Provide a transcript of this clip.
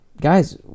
Guys